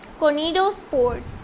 conidospores